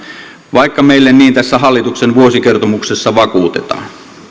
vaikka meille niin tässä hallituksen vuosikertomuksessa vakuutetaan